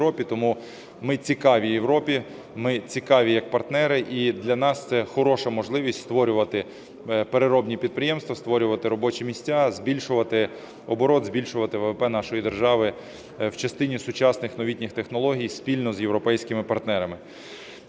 тому ми цікаві Європі, ми цікаві як партнери, і для нас це хороша можливість створювати переробні підприємства, створювати робочі місця, збільшувати оборот, збільшувати ВВП нашої держави в частині сучасних новітніх технологій спільно з європейськими партнерами.